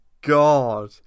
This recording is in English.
God